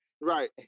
Right